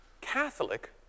Catholic